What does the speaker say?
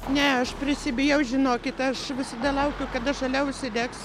ne aš prisibijau žinokit aš visada laukiu kada žalia užsidegs